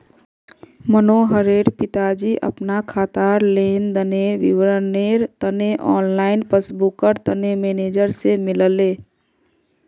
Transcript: मनोहरेर पिताजी अपना खातार लेन देनेर विवरनेर तने ऑनलाइन पस्स्बूकर तने मेनेजर से मिलले